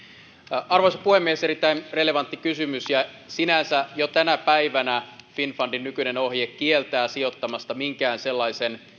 arvoisa puhemies erittäin relevantti kysymys sinänsä jo tänä päivänä finnfundin nykyinen ohje kieltää sijoittamasta minkään sellaisen